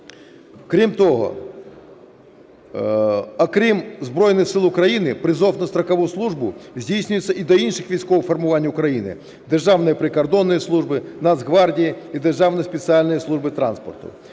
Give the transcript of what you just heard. Крім того, окрім Збройних Сил України, призов на строкову службу здійснюється і до інших військових формувань України: Державної прикордонної служби, Нацгвардії і Державної спеціальної служби транспорту.